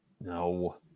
No